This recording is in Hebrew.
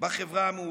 בחברה המאורגנת.